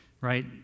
right